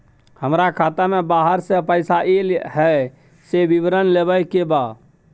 हमरा खाता में बाहर से पैसा ऐल है, से विवरण लेबे के बा?